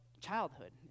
childhood